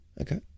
Okay